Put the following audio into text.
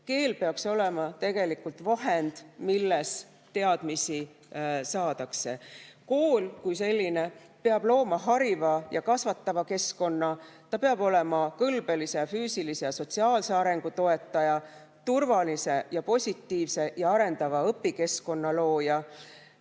Keel peaks olema tegelikult vahend, milles teadmisi saadakse. Kool kui selline peab looma hariva ja kasvatava keskkonna. Ta peab olema kõlbelise, füüsilise ja sotsiaalse arengu toetaja, turvalise, positiivse ja arendava õpikeskkonna looja.